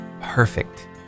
perfect